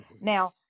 now